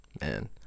man